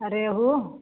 आ रेहू